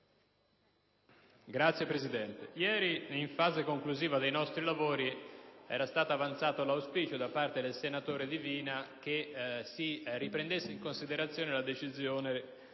Signor Presidente, nella fase conclusiva dei nostri lavori di ieri era stato avanzato l'auspicio da parte del senatore Divina che si riprendesse in considerazione la decisione